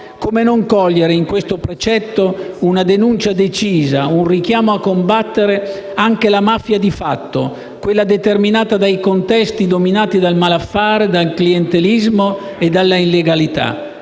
Come non cogliere in questo precetto una denuncia decisa e un richiamo a combattere anche la mafia di fatto, quella determinata dai contesti dominati dal malaffare, dal clientelismo e dall'illegalità,